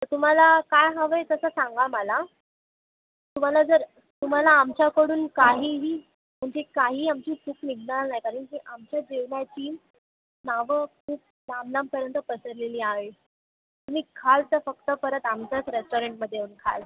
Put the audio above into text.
तर तुम्हाला काय हवं आहे तसं सांगा मला तुम्हाला जर तुम्हाला आमच्याकडून काहीही तुमची काहीही आमची चूक निघणार नाही कारण की आमच्या जेवणाची नावं खूप लांब लांबपर्यंत पसरलेली आहे तुम्ही खाल तर फक्त परत आमच्याच रेस्टॉरेंटमध्ये येऊन खाल